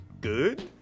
good